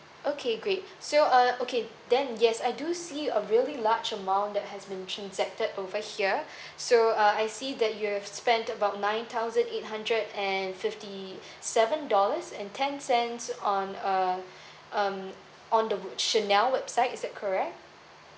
okay great so uh okay then yes I do see a really large amount that has been transacted over here so uh I see that you have spent about nine thousand eight hundred and fifty seven dollars and ten cents on a um on the boot CHANEL website is that correct